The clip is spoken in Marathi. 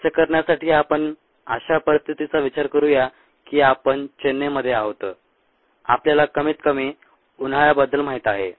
तसे करण्यासाठी आपण अशा परिस्थितीचा विचार करूया की आपण चेन्नईमध्ये आहोत आपल्याला कमीतकमी उन्हाळ्याबद्दल माहित आहे